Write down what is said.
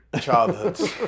childhoods